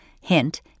Hint